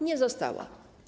Nie została.